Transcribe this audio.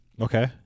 Okay